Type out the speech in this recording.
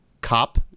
cop